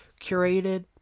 curated